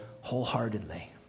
wholeheartedly